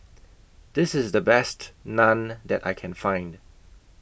This IS The Best Naan that I Can Find